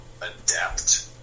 adapt